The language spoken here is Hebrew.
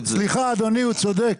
סליחה, אדוני, הוא צודק.